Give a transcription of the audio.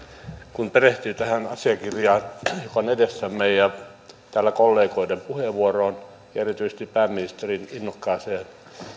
kun perehtyy tähän asiakirjaan joka on edessämme kollegoiden puheenvuoroihin täällä ja erityisesti pääministerin innokkaaseen